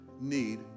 need